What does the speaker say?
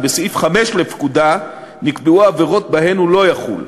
ובסעיף 5 לפקודה נקבעו העבירות שבהן הוא לא יחול.